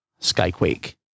Skyquake